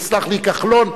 יסלח לי כחלון,